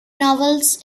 novels